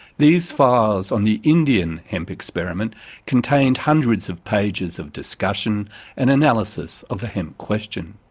these files on the indian hemp experiment contained hundreds of pages of discussion and analysis of the hemp question.